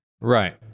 Right